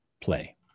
play